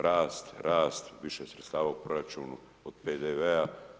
Rast, rast, više sredstava u proračunu od PDV-a.